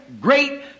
great